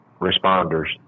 responders